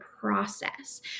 process